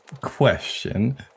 question